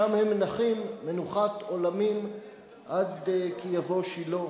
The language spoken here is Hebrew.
שם הם נחים מנוחת עולמים עד כי יבוא שילה,